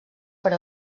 per